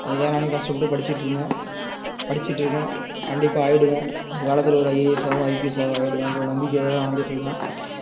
அதற்காக நானும் கஷ்டப்பட்டு படிச்சிட்டுருந்தேன் படிச்சிட்டுருக்கேன் கண்டிப்பாக ஆயிடுவேன் ஒரு காலத்தில் ஒரு ஐஏஎஸ்ஸாகவோ ஐபிஎஸ்ஸாகவோ ஆயிடுவேன்ற ஒரு நம்பிக்கையில் தான் வாழ்ந்துட்ருக்கேன்